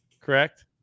Correct